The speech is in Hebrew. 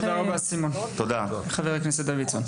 תודה רבה, חבר הכנסת דוידסון.